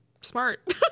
smart